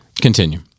Continue